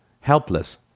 helpless